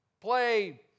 play